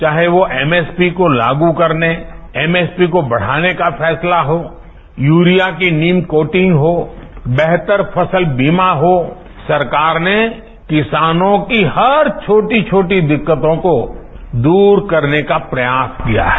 चाहे वो एमएसपी को लागू करने एमएसपी को बढ़ाने का फैसला हो यूरिया की नीम कोटिंग हो बेहतर फसल बीमा हो सरकार ने किसानों की हर छोटी छोटी दिक्कतों को दूर करने का प्रयास किया है